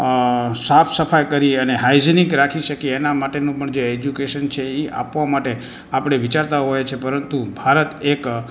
અ સાફસફાઇ કરી અને હાઇજીનિક રાખી શકીએ એના માટેનું પણ જે એજ્યુકેશન છે એ આપવા માટે આપણે વિચારતા હોઈએ છે પરંતુ ભારત એક